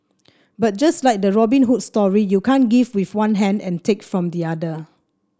but just like the Robin Hood story you can't give with one hand and take from the other